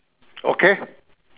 okay